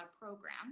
program